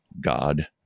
God